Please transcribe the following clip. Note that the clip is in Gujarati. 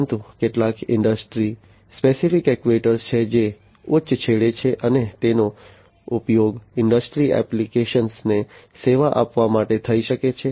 પરંતુ કેટલાક ઇન્ડસ્ટ્રી સ્પેસિફિક એક્ટ્યુએટર્સ છે જે ઉચ્ચ છેડે છે અને તેનો ઉપયોગ ઇન્ડસ્ટ્રી એપ્લિકેશનને સેવા આપવા માટે થઈ શકે છે